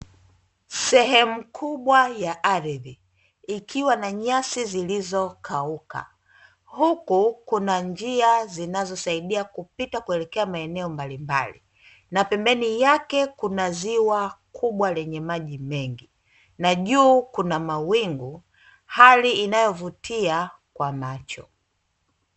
Sehemu kubwa ya ardhi, ikiwa na nyasi zilizokauka, huku kuna njia zinazosaidia kupita kuelekea maeneo mbalimbali na pembeni yake kuna ziwa kubwa lenye maji mengi na juu kuna mawingu, hali inayovutia kwa macho.